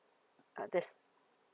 uh this